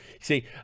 See